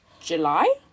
July